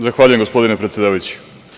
Zahvaljujem, gospodine predsedavajući.